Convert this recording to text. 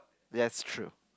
that's true